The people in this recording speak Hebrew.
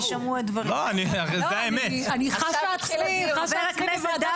אני מבקשת לתת לחברי הכנסת את ההזדמנות